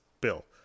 Bill